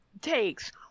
takes